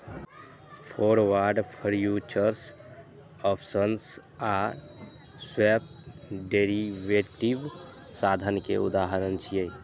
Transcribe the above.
forward, futures, options आ swap derivative साधन के उदाहरण छियै